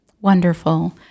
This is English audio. Wonderful